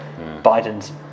Biden's